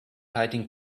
hiding